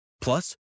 Plus